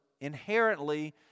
inherently